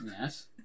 Yes